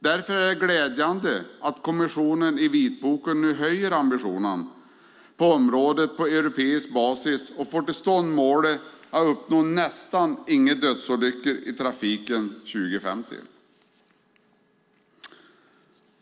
Därför är det glädjande att kommissionen i vitboken nu höjer ambitionerna på området på europeisk basis och får till stånd målet om att uppnå nästan inga dödsolyckor i trafiken 2050.